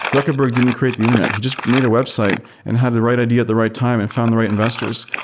zuckerberg didn't create the internet. he just made a website and have the right idea at the right time and found the right investors.